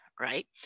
right